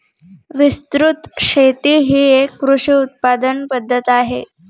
विस्तृत शेती ही एक कृषी उत्पादन पद्धत आहे